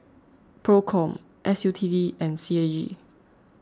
Procom S U T D and C A E